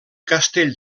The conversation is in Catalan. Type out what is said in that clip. castell